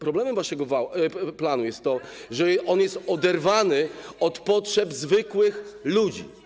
Problemem waszego planu jest to, że on jest oderwany od potrzeb zwykłych ludzi.